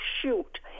shoot